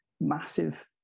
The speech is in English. massive